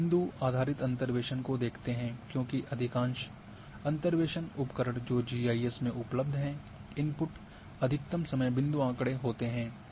अब बिंदु आधारित अंतर्वेसन को देखते हैं क्योंकि अधिकांश अंतर्वेसन उपकरण जो जीआईएस में उपलब्ध हैं इनपुट अधिकतम समय बिंदु आँकड़े होते हैं